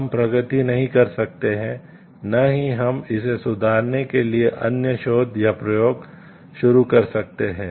हम प्रगति नहीं कर सकते न ही हम इसे सुधारने के लिए अन्य शोध या प्रयोग शुरू कर सकते हैं